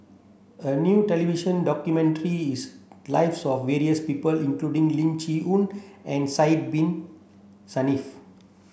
a new television documented the lives of various people including Lim Chee Onn and Sidek Bin Saniff